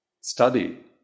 study